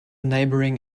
neighboring